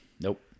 nope